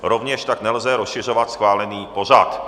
Rovněž tak nelze rozšiřovat schválený pořad.